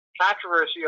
controversy